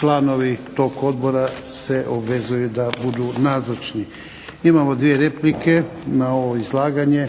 članovi tog odbora se obvezuju da budu nazočni. Imamo dvije replike na ovo izlaganje.